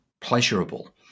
pleasurable